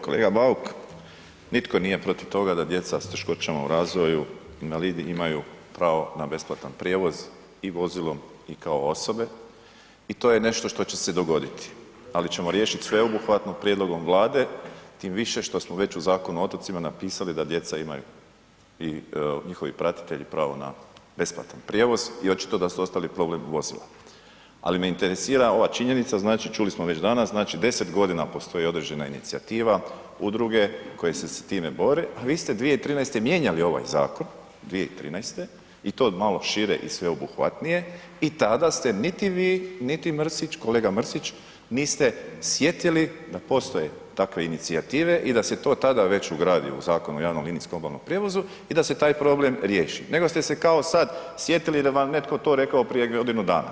Kolega Bauk, nitko nije protiv toga da djeca s teškoćama u razvoju, invalidi imaju pravo na besplatan prijevoz i vozilom i kao osobe i to je nešto što že se dogoditi ali ćemo riješiti sveobuhvatno prijedlogom Vlade, tim više što smo već u Zakonu o otocima napisali da djeca imaju i njihovi pratitelji pravo na besplatan prijevoz i očito da su ostali problem vozila ali me interesira ova činjenica, znači luli smo već danas, znači 10 g. postoji određena inicijativa, udruge koje se s time bore, vi ste 2013. mijenjali ovaj zakon, 2013. i to malo šire i sveobuhvatnije i tada ste niti vi niti Mrsić, kolega Mrsić, niste sjetili da postoje takve inicijative i da se to tada već ugradi u Zakon o javnom linijskom obalnom prijevozu i da se taj problem riješi nego ste se kao sad sjetili da vam je netko to rekao prije godinu dana.